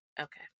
Okay